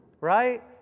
right